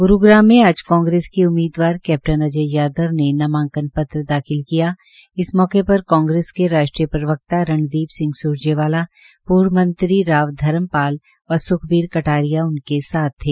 ग्रूग्राम में आज कांग्रेस के उम्मीदवार कैप्टन अजय सिंह ने नामांकन पत्र दाखिल किया इस मौके पर कांग्रेस के राष्ट्रीय प्रवकता रणदीप सिंह सुरेवाला पूर्व मंत्री राव धर्मपाल व स्ख्बीर कटारिया उनके साथ थे